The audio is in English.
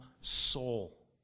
soul